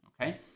okay